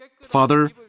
Father